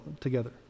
together